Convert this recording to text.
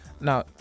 Now